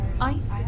Ice